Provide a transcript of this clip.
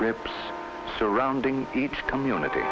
strips surrounding each community